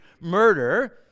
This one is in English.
murder